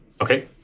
Okay